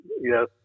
yes